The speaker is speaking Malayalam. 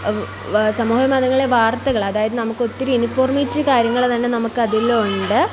സമൂഹ മാധ്യമങ്ങളിലെ വാർത്തകൾ അതായത് നമുക്ക് ഒത്തിരി ഇൻഫോർമേറ്റീവ് കാര്യങ്ങൾ തന്നെ നമ്മൾക്ക് അതിലുണ്ട്